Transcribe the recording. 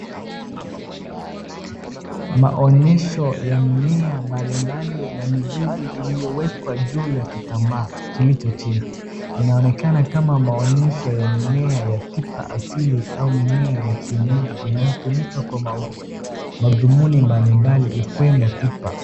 Maonyesho ya mimea mbalimbali na mizizi iliyowekwa juu ya kitambaa kilicho chini. Inaonekana kama maonyesho ya mimea hakika hasili au mimea ya kienyeji inayotumika kwa madhumuni mbalimbali ikiwemo tipa.